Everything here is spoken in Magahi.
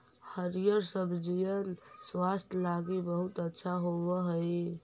हरिअर सब्जिअन स्वास्थ्य लागी बहुत अच्छा होब हई